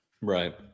Right